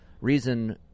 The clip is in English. reason